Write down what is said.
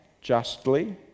justly